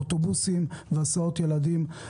אוטובוסים והסעות ילדים.